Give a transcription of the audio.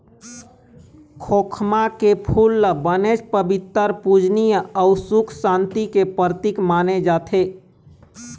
खोखमा के फूल ल बनेच पबित्तर, पूजनीय अउ सुख सांति के परतिक माने जाथे